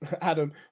Adam